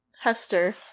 Hester